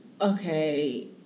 Okay